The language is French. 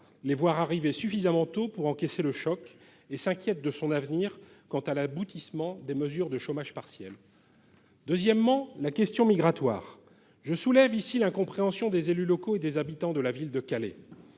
les voir arriver suffisamment tôt pour encaisser le choc et s'inquiète de son avenir quant à l'aboutissement des mesures de chômage partiel. Deuxièmement, la question migratoire. Je soulève ici l'incompréhension des élus locaux et des habitants de la ville de Calais.